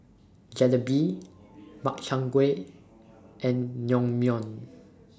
Jalebi Makchang Gui and Naengmyeon